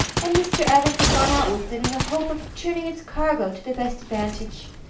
and mr. evans had gone out with it in the hope of turning its cargo to the best advantage.